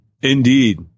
Indeed